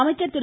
அமைச்சர் திரு